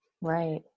Right